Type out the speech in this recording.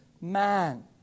man